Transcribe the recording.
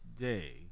day